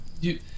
You-